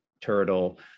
turtle